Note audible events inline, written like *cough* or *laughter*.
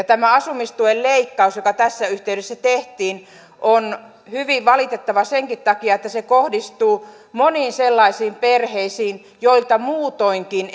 *unintelligible* tämä asumistuen leikkaus joka tässä yhteydessä tehtiin on hyvin valitettava senkin takia että se kohdistuu moniin sellaisiin perheisiin joilta muutoinkin *unintelligible*